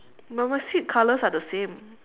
but my seat colours are the same